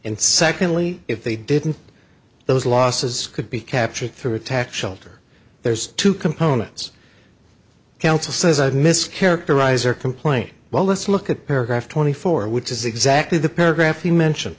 secondly if they didn't those losses could be captured through a tax shelter there's two components counsel says i'd miss characterize or complain well let's look at paragraph twenty four which is exactly the paragraph you mention